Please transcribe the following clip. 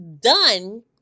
done